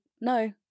no